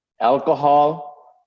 alcohol